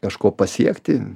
kažko pasiekti